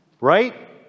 right